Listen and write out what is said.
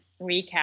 recap